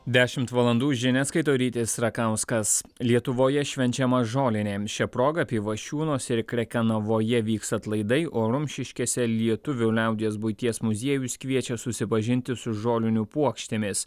dešimt valandų žinias skaito rytis rakauskas lietuvoje švenčiama žolinė šia proga pivašiūnuose ir krekenavoje vyks atlaidai o rumšiškėse lietuvių liaudies buities muziejus kviečia susipažinti su žolinių puokštėmis